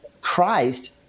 Christ